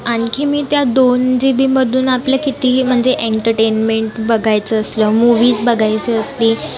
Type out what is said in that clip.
आणखी मी त्या दोन जी बीमधून आपले कितीही म्हणजे एंटरटेनमेंट बघायचं असलं मुव्हीज बघायची असली